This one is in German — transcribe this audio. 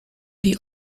die